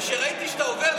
וכשראיתי שאתה עובר,